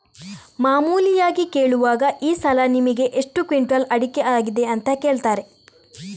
ಮಾಮೂಲಿಯಾಗಿ ಕೇಳುವಾಗ ಈ ಸಲ ನಿಮಿಗೆ ಎಷ್ಟು ಕ್ವಿಂಟಾಲ್ ಅಡಿಕೆ ಆಗಿದೆ ಅಂತ ಕೇಳ್ತಾರೆ